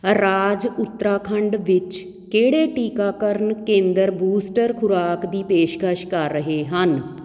ਰਾਜ ਉਤਰਾਖੰਡ ਵਿੱਚ ਕਿਹੜੇ ਟੀਕਾਕਰਨ ਕੇਂਦਰ ਬੂਸਟਰ ਖੁਰਾਕ ਦੀ ਪੇਸ਼ਕਸ਼ ਕਰ ਰਹੇ ਹਨ